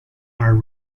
are